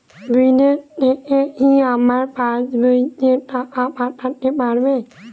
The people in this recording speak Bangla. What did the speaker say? বিদেশ থেকে কি আমার পাশবইয়ে টাকা পাঠাতে পারবে?